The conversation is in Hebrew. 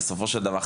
בסופו של דבר,